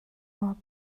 hard